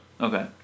Okay